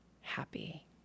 happy